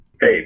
Hey